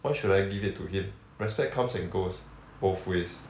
why should I give it to him respect comes and goes both ways